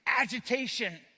agitation